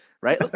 Right